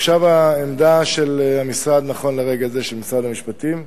עכשיו העמדה של משרד המשפטים,